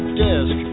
desk